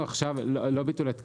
זה לא ביטול התקינה.